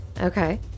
Okay